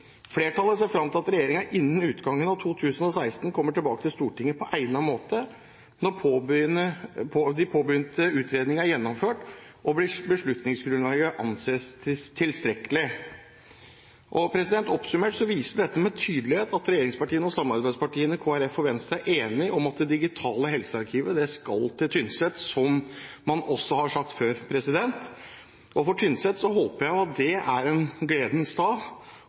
Flertallet ser frem til at regjeringen innen utgangen av 2016 kommer tilbake til Stortinget på egnet måte når pågående utredninger er gjennomført og beslutningsgrunnlaget anses tilstrekkelig.» Oppsummert viser dette med tydelighet at regjeringspartiene og samarbeidspartiene Kristelig Folkeparti og Venstre er enig om at det digitale helsearkivet skal til Tynset, som man også har sagt før. For Tynsets del håper jeg at dette er en gledens dag.